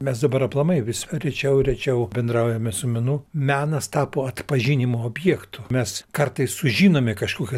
mes dabar aplamai vis rečiau ir rečiau bendraujame su menu menas tapo atpažinimo objektu mes kartais sužinome kažkokį